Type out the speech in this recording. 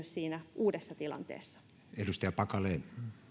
siinä uudessa tilanteessa